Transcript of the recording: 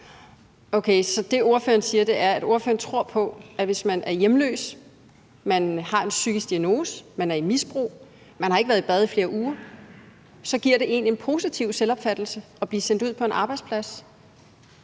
så det, ordføreren siger, er, at ordføreren tror på, at hvis man er hjemløs, man har en psykisk diagnose, man har et misbrug, man har ikke været i bad i flere uger, så giver det en en positiv selvopfattelse at blive sendt ud på en arbejdsplads.